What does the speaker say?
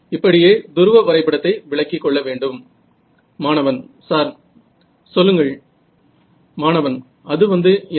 இப்படியே துருவ வரைபடத்தை விளக்கிக் கொள்ள வேண்டும் மாணவன் சார் சொல்லுங்கள் மாணவன் அது வந்து என்ன